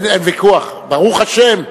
אין ויכוח, ברוך השם.